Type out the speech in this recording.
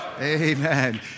Amen